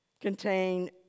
contain